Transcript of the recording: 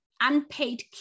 unpaid